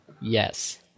Yes